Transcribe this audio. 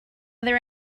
there